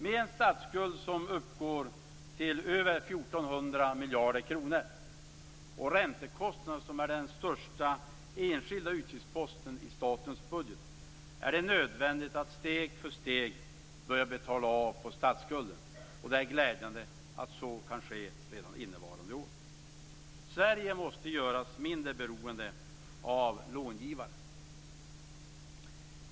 Med en statsskuld som uppgår till mer än 1 400 miljarder kronor och en räntekostnad som är den största enskilda utgiftsposten i statens budget är det nödvändigt att steg för steg börja betala av på statsskulden. Det är glädjande att så kan ske redan innevarande år. Sverige måste göras mindre beroende av långivare.